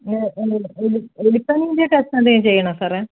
എലി പനീന്റെ ടെസ്റ്റ് എന്തെങ്കിലും ചെയ്യണോ സാറെ